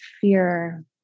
fear